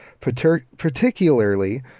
particularly